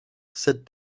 said